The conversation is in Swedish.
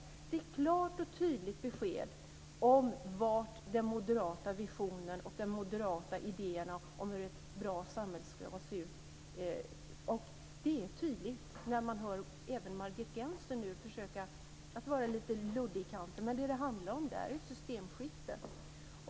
Det är ett klart och tydligt besked om den moderata visionen och de moderata idéerna om hur ett bra samhälle ska se ut. Detta är tydligt också när man nu hör Margit Gennser. Hon försöker vara lite luddig i kanten, men vad det handlar om är ett systemskifte.